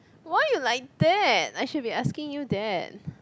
why you like that I should be asking you that